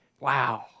Wow